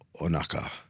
onaka